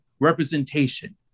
representation